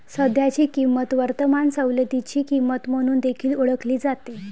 सध्याची किंमत वर्तमान सवलतीची किंमत म्हणून देखील ओळखली जाते